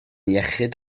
iechyd